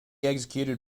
executed